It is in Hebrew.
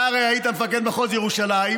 אתה הרי היית מפקד מחוז ירושלים,